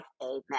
Amen